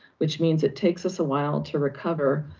which means it takes us a while to recover.